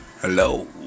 Hello